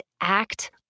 act